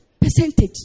percentage